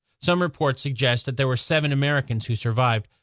some reports suggest there were seven americans who survived,